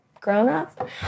grown-up